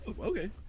Okay